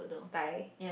Thai